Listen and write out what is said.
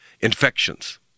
infections